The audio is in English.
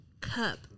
Cup